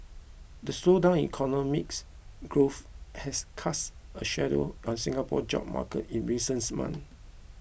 the slowdown in economics growth has cast a shadow on Singapore's job market in recent months